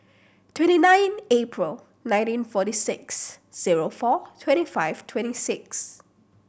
twenty nine April nineteen forty six zero four twenty five twenty six